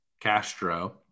Castro